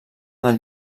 del